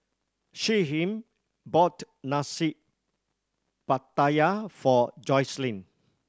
Shyheim bought Nasi Pattaya for Jocelynn